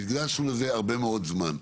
הקדשנו לזה הרבה מאוד זמן.